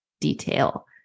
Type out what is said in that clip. detail